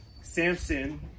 Samson